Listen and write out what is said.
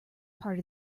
part